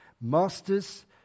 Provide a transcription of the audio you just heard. masters